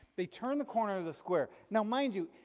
they turned the corner of the square, now mind you,